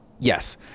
Yes